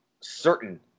certain